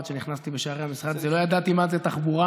ועד שנכנסתי בשערי המשרד לא ידעתי מה זה תחבורה.